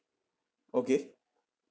okay